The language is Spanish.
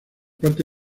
parte